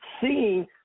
Seeing